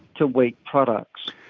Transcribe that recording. to wheat products.